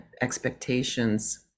expectations